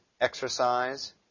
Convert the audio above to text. exercise